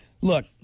Look